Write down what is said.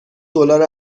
دلار